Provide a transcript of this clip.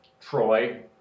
Troy